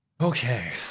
Okay